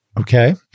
Okay